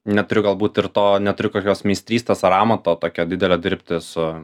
neturiu galbūt ir to neturiu kokios meistrystės ar amato tokio didelio dirbti su